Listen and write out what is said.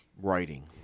writing